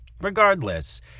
regardless